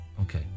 Okay